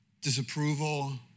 disapproval